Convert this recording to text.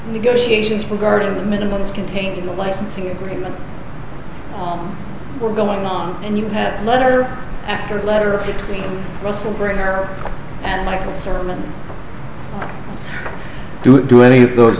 negotiations regarding the minimum is contained in the licensing agreement we're going on and you have letter after letter to russell bringer and michael sermon do it do any of those